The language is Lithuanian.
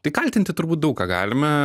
tai kaltinti turbūt daug ką galime